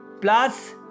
plus